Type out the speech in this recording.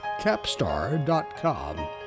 Capstar.com